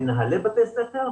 מנהלי בתי ספר,